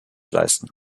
leisten